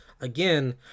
again